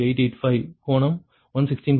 885 கோணம் 116